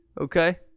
Okay